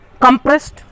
compressed